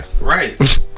Right